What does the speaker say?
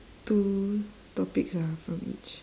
two topics ah from each